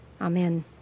Amen